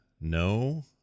No